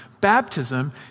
Baptism